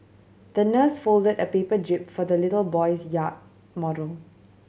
the nurse folded a paper jib for the little boy's yacht model